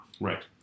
right